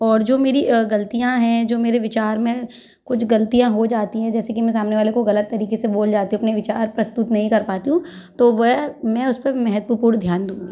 और जो मेरी अ गलतियाँ हैं जो मेरे विचार में कुछ गलतियाँ हो जातीं हैं जैसे कि मैं सामने वाले को गलत तरीके से बोल जाती हूँ अपने विचार प्रस्तुत नहीं कर पाती हूँ तो वह मैं उस पर महत्वपूर्ण ध्यान दूँगी